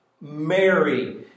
Mary